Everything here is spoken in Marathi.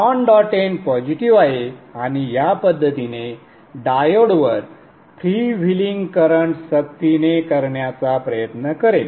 नॉन डॉट एंड पॉझिटिव्ह आहे आणि या पद्धतीने डायोडद्वारे फ्रीव्हीलिंग करंट सक्तीने करण्याचा प्रयत्न करेल